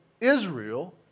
Israel